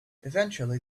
eventually